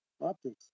optics